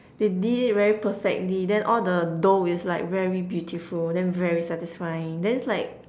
they did it very perfectly then all the dough is like very beautiful then very satisfying then it's like